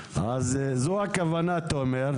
זאת הכוונה שלנו.